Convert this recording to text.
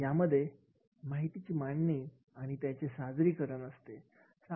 यामध्ये माहितीची मांडणी आणि त्याचे सादरीकरण असते